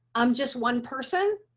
i'm just one person,